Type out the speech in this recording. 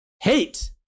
hate